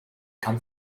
come